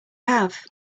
have